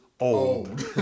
Old